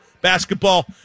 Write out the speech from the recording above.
basketball